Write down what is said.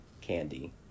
Candy